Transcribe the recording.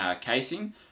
casing